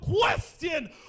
question